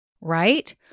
right